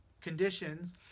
conditions